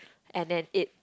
and then it